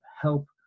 help